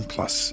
Plus